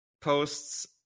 posts